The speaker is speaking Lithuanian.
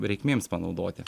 reikmėms panaudoti